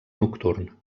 nocturn